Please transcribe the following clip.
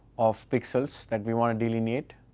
of pixels that we want to delineate.